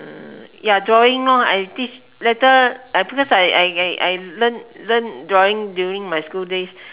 uh ya drawing lor I teach later because I I I learnt learnt drawing during my school days